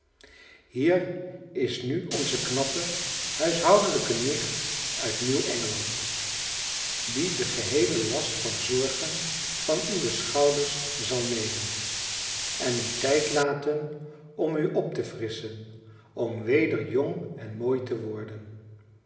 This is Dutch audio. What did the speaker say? hier is nu onze knappe huishoudelijke nicht uit nieuw engeland die den geheelen last van zorgen van uwe schouders zal nemen en u tijd laten om u op te frisschen om weder jong en mooi te worden